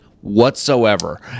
whatsoever